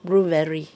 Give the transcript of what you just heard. blueberry